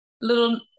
little